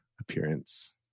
appearance